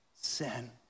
sin